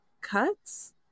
cuts